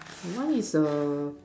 one is a